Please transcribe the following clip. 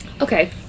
Okay